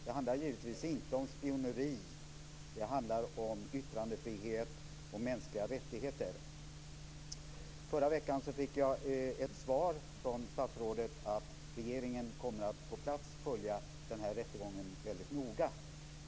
Det handlar givetvis inte om spioneri. Det handlar om yttrandefrihet och mänskliga rättigheter. Förra veckan fick jag från statsrådet svaret att regeringen på plats kommer att följa den här rättegången väldigt noga.